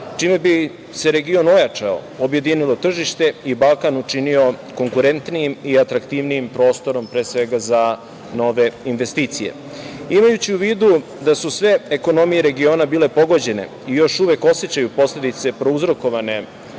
čime bi se region ojačao, objedinilo tržište i Balkan učinio konkurentnijim i atraktivnijim prostorom pre svega za nove investicije. Imajući u vidu da su sve ekonomije regiona bile pogođene i još uvek osećaju posledice prouzrokovane